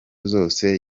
zose